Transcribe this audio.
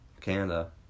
Canada